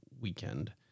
weekend